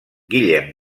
guillem